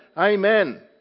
Amen